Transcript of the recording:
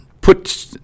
put